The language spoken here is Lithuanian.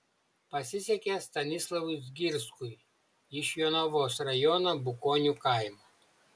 pasisekė stanislovui zgirskui iš jonavos rajono bukonių kaimo